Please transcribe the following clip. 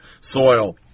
soil